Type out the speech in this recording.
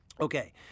Okay